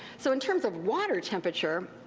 so in terms of water temperature,